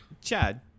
Chad